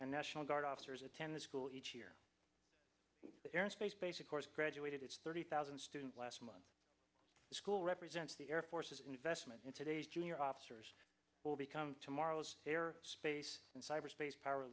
and national guard officers attending school each year in space basic course graduated its thirty thousand student last month the school represents the air force's investment in today's junior officers will become tomorrow's space in cyberspace power